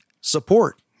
Support